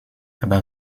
aber